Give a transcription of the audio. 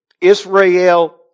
Israel